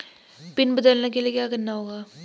Pin बदलने के लिए क्या करना होगा?